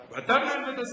אתה מנהל בית-הספר.